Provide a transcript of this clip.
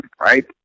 right